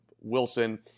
Wilson